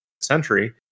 century